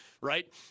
right